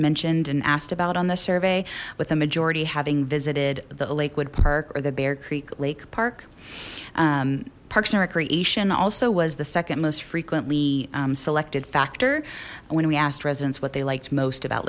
mentioned and asked about on the survey with a majority having visited the lakewood park or the bear creek lake park parks and recreation also was the second most frequently selected factor and when we asked residents what they liked most about